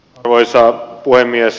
arvoisa puhemies